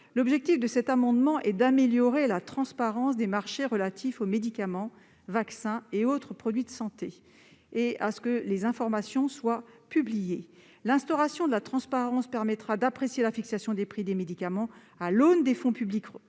L'objectif de cet amendement est d'améliorer la transparence des marchés relatifs aux médicaments, vaccins et autres produits de santé, et de veiller à ce que les informations soient publiées. L'instauration de la transparence permettra d'apprécier la fixation des prix des médicaments à l'aune des fonds publics